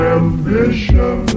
ambition